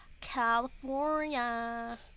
california